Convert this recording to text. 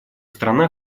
страна